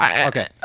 Okay